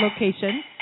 location